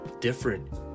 different